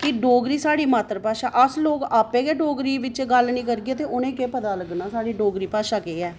की डोगरी साढ़ी मात्तरभाशा ते साढ़े लोकें आपें गै डोगरी च गल्ल निं करगे ते उ'नेंगी केह् पता लगना साढ़ी डोगरी भाशा केह् ऐ